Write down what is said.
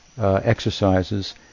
exercises